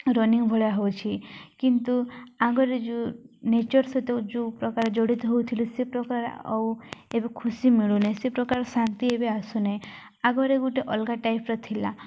running ଭଳିଆ ହଉଛି କିନ୍ତୁ ଆଗରେ ଯେଉଁ ନେଚର୍ ସହିତ ଯେଉଁ ପ୍ରକାର ଜଡ଼ିତ ହଉଥିଲୁ ସେ ପ୍ରକାର ଆଉ ଏବେ ଖୁସି ମିଳୁନାହିଁ ସେ ପ୍ରକାର ଶାନ୍ତି ଏବେ ଆସୁନାହିଁ ଆଗରେ ଗୋଟେ ଅଲଗା ଟାଇପର ଥିଲା